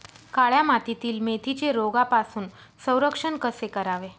काळ्या मातीतील मेथीचे रोगापासून संरक्षण कसे करावे?